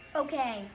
okay